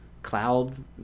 cloud